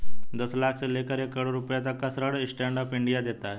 दस लाख से लेकर एक करोङ रुपए तक का ऋण स्टैंड अप इंडिया देता है